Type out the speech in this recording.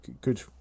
good